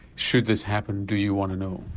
should this happen, do you want to know?